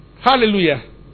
Hallelujah